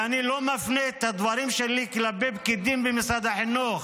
ואני לא מפנה את הדברים שלי כלפי פקידים במשרד החינוך